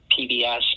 PBS